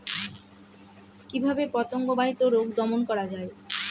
কিভাবে পতঙ্গ বাহিত রোগ দমন করা যায়?